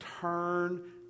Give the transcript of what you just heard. Turn